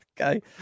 Okay